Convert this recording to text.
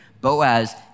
Boaz